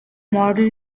model